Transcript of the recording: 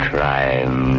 Crime